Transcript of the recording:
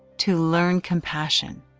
to learn compassion,